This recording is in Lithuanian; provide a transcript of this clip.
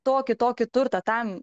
tokį tokį turtą tam